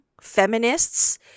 feminists